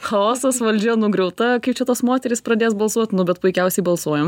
chaosas valdžia nugriauta kaip čia tos moterys pradės balsuot nu bet puikiausiai balsuojam